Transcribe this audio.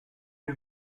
you